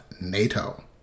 NATO